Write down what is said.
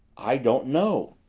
i don't know.